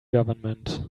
government